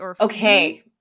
Okay